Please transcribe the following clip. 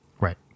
Right